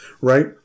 right